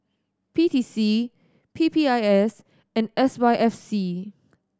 P T C P P I S and S Y F C